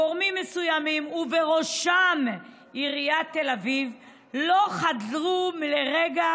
גורמים מסוימים ובראשם עיריית תל אביב לא חדלו לרגע